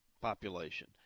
population